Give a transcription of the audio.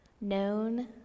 known